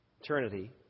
eternity